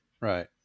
Right